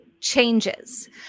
changes